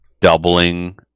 doubling